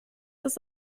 das